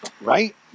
Right